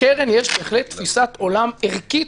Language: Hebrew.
לקרן יש בהחלט תפיסת עולם ערכית